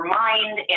mind